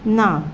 ना